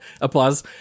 applause